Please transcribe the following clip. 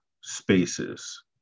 spaces